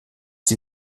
sie